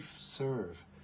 serve